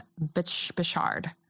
Bichard